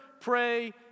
pray